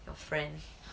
friend